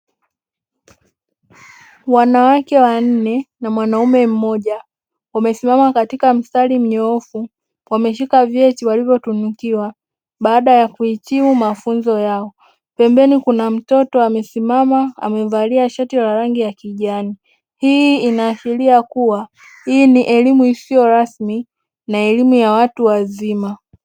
Wanawake wanne na mwanaume mmoja wamesimama katika mstari mnyoofu wameshika vyeti walivyotunikiwa baada ya kuhitimu mafunzo yao, pembeni kuna mtoto amesimama amevalia shati la rangi ya kijani, hii inaashiria kuwa hii ni elimu isiyo rasmi na elimu ya watu wazima.